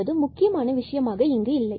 என்பது முக்கியமான விஷயமாக இங்கு இல்லை